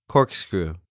Corkscrew